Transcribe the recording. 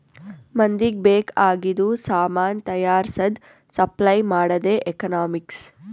ಮಂದಿಗ್ ಬೇಕ್ ಆಗಿದು ಸಾಮಾನ್ ತೈಯಾರ್ಸದ್, ಸಪ್ಲೈ ಮಾಡದೆ ಎಕನಾಮಿಕ್ಸ್